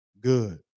good